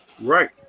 Right